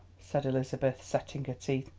said elizabeth, setting her teeth,